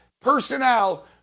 personnel